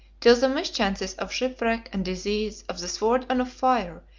till the mischances of shipwreck and disease, of the sword and of fire,